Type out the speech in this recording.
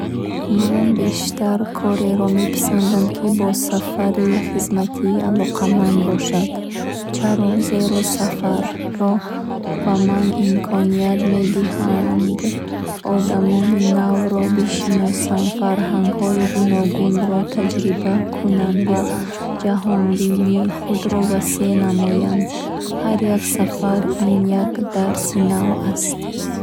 Ман бештар кореро меписандидам, ки бо сафари хизматӣ алоқаманд бошад. Чаро? Зеро сафарҳо ба ман имконият медиҳанд, одамони навро бишиносам, фарҳангҳои гуногунро таҷриба кунам ва ҷаҳонбинии худро васеъ намоям. Ҳар як сафар, ин як дарси нав аст.